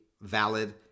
valid